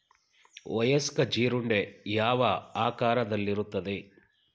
ವಯಸ್ಕ ಜೀರುಂಡೆ ಯಾವ ಆಕಾರದಲ್ಲಿರುತ್ತದೆ?